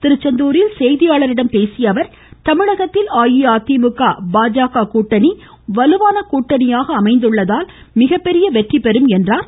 திருச்செந்தூரில் இன்று செய்திளார்களிடம் பேசிய அவர் தமிழகத்தில் அஇஅதிமுக் பாஜக கூட்டணி வலுவான கூட்டணியாக உள்ளதால் மிகப்பெரிய வெற்றிபெறும் என்றார்